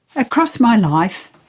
across my life,